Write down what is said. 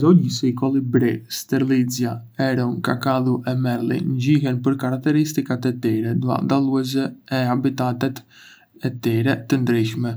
Zogj si kolibri, sterlizija, heron, kakadu e merli njihen për karakteristikat e tyre dalluese e habitatet e tyre të ndryshme.